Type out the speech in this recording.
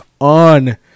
on